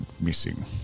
missing